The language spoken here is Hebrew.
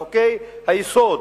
לחוקי היסוד,